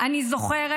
זה מצוין,